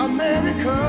America